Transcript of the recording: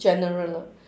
general lah